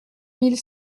mille